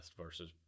versus